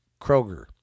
Kroger